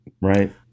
Right